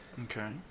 okay